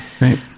Right